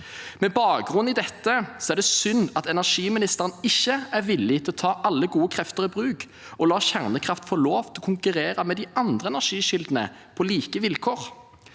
Med bakgrunn i dette er det synd at energiministeren ikke er villig til å ta alle gode krefter i bruk og la kjernekraft få lov til å konkurrere med de andre energikildene på like vilkår.